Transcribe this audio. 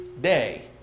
day